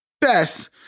best